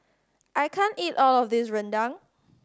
I can't eat all of this rendang